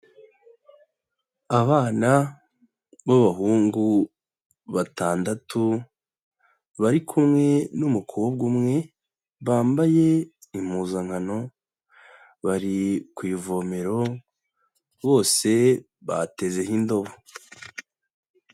Abana b'abahungu batandatu, bari kumwe n'umukobwa umwe, bambaye impuzankano, bari ku ivomero, bose batezeho indobo.